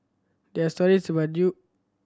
there are stories about Yo